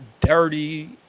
dirty